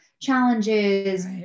challenges